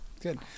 good